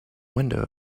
window